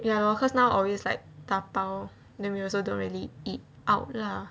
ya lor cause now always like dabao then also don't really eat out lah